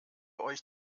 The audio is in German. euch